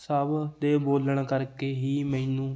ਸਭ ਦੇ ਬੋਲਣ ਕਰਕੇ ਹੀ ਮੈਨੂੰ